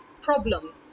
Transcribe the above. problem